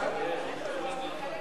סעיפים